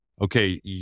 okay